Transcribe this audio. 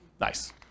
Nice